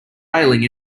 railing